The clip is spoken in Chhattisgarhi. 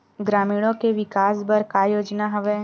ग्रामीणों के विकास बर का योजना हवय?